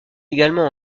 également